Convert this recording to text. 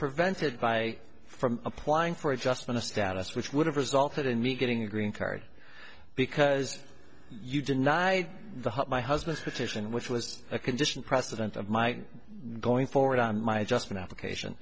prevented by from applying for adjustment of status which would have resulted in me getting a green card because you deny the heart my husband's petition which was a condition precedent of my going forward on my just an application